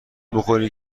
بخوری